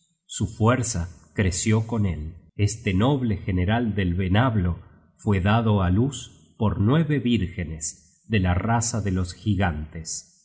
su fuerza creció con él este noble general del venablo fue dado á luz por nueve vírgenes de la raza de los gigantes